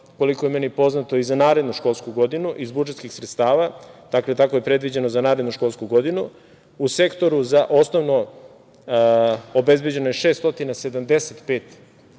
koliko je meni poznato, i za narednu školsku godinu, iz budžetskih sredstava. Dakle, tako je predviđeno za narednu školsku godinu. U sektoru za osnovno obezbeđeno je 675